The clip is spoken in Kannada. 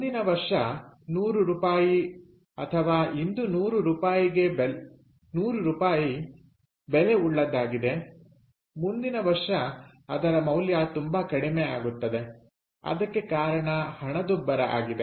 ಮುಂದಿನ ವರ್ಷ 100 ರೂಪಾಯಿ ಅಥವಾ ಇಂದು 100 ರೂಪಾಯಿಗೆ ಬೆಲೆ ಉಳ್ಳದ್ದಾಗಿದೆ ಮುಂದಿನ ವರ್ಷ ಅದರ ಮೌಲ್ಯ ತುಂಬಾ ಕಡಿಮೆ ಆಗುತ್ತದೆ ಅದಕ್ಕೆ ಕಾರಣ ಹಣದುಬ್ಬರ ಆಗಿದೆ